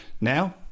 Now